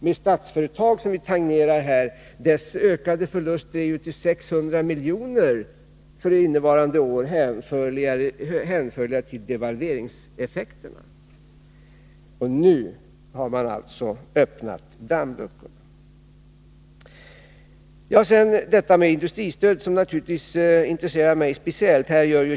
Av Statsföretags ökade förluster är 600 milj.kr. för innevarande år hänförliga till devalveringseffekterna. Nu har man alltså öppnat dammluckan. Sedan detta med industristöd, som naturligtvis intresserar mig speciellt.